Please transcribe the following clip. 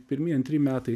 pirmi antri metai